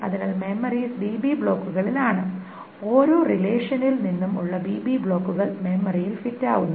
അതിനാൽ memories bb ബ്ലോക്കുകളിൽ ആണ് ഓരോ റിലേഷനിൽ നിന്നും ഉള്ള bb ബ്ലോക്കുകൾ മെമ്മറിയിൽ ഫിറ്റ് ആവുന്നു